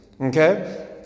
Okay